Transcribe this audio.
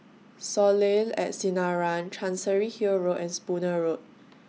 Soleil At Sinaran Chancery Hill Road and Spooner Road